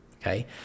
Okay